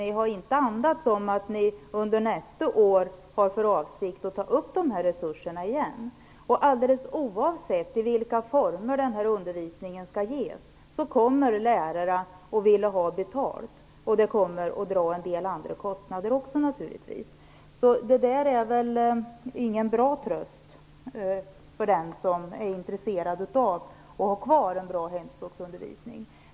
Ni har inte andats om att ni under nästa år har för avsikt att ta upp resurserna igen. Alldeles oavsett i vilka former den här undervisningen skall ges kommer lärarna att vilja ha betalt. Det kommer naturligtvis att innebära även en del andra kostnader. Det är ingen bra tröst för dem som är intresserade av att ha kvar en bra hemspråksundervisning.